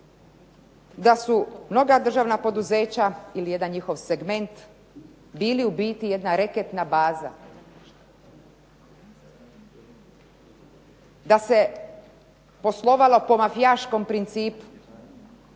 da su mnoga državna poduzeća ili jedan njihov segment bili u biti jedna reketna baza, da se poslovalo po mafijaškom principu,